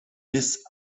bis